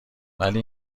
ولی